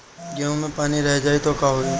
गेंहू मे पानी रह जाई त का होई?